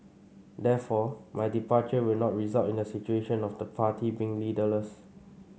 therefore my departure will not result in a situation of the party being leaderless